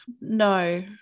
No